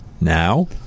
Now